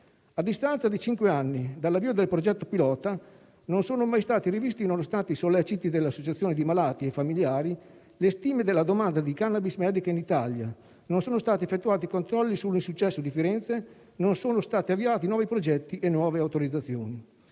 A distanza di cinque anni dall’avvio del progetto pilota non sono mai state riviste, nonostante i solleciti dell’associazione di malati e familiari, le stime della domanda di cannabis medica in Italia; non sono stati effettuati controlli su Firenze; non sono stati avviati nuovi progetti e nuove autorizzazioni.